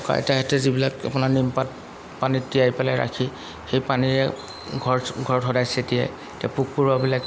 থকা আইতাহঁতে যিবিলাক আপোনাৰ নিমপাত পানীত তিয়াই পেলাই ৰাখি সেই পানীৰে ঘৰত ঘৰত সদায় ছটিয়াই এতিয়া পোক পৰুৱাবিলাক